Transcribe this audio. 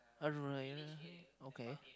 I don't know you know okay